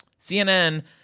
CNN